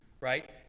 right